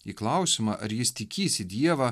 į klausimą ar jis tikįs dievą